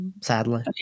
sadly